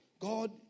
God